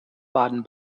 baden